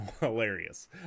hilarious